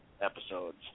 episodes